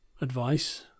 advice